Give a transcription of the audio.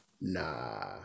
Nah